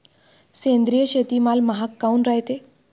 सेंद्रिय शेतीमाल महाग काऊन रायते?